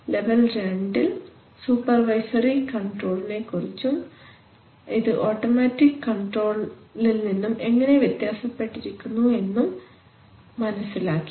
level 2 ഇൽ supervisory control നെക്കുറിച്ചും ഇത് ഓട്ടമാറ്റിക് കൺട്രോളിൽ നിന്നും എങ്ങനെ വ്യത്യാസപ്പെട്ടിരിക്കുന്നു എന്നും മനസ്സിലാക്കി